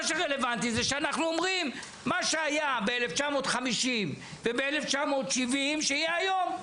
מה שרלוונטי זה שאנחנו אומרים מה שהיה ב-1950 וב-1970 שיהיה היום,